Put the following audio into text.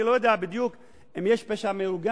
אני לא יודע בדיוק אם יש פשע מאורגן,